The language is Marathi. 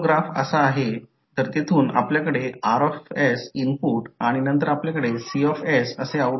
आता मी लिहिलेले काहीतरी लक्षात ठेवा की म्युच्युअल कपलिंग तेव्हाच असते जेव्हा इंडक्टर किंवा कॉइल खूप जवळ असतात आणि सर्किट टाईमनुसार बदलणाऱ्या सोर्सद्वारे चालतात